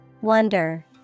Wonder